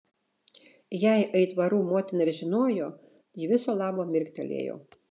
jei aitvarų motina ir žinojo ji viso labo mirktelėjo